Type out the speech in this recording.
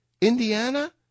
Indiana